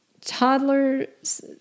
Toddlers